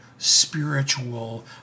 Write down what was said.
spiritual